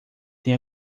tem